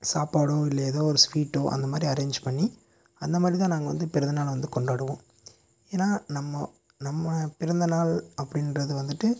சாப்பாடோ இல்லை ஏதோ ஒரு ஸ்வீட்டோ அந்த மாதிரி அரேஞ்ச் பண்ணி அந்த மாதிரிதான் நாங்கள் வந்து பிறந்தநாளை வந்து கொண்டாடுவோம் ஏன்னால் நம்ம நம்ம பிறந்தநாள் அப்படின்றது வந்துட்டு